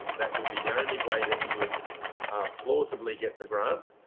um that would be the only way that you would plausibly get the grant.